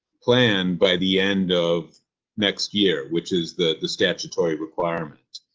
plan by the end of next year, which is the, the statutory requirements.